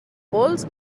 pols